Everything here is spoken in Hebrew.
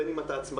בין אם אתה עצמאי,